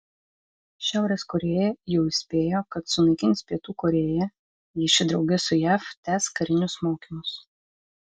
šiaurės korėja jau įspėjo kad sunaikins pietų korėją jei ši drauge su jav tęs karinius mokymus